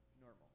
Normal